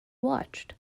watched